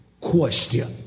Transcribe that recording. question